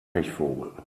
pechvogel